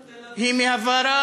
תל-אביב,